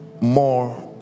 more